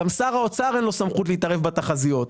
גם לשר האוצר אין סמכות להתערב בתחזיות.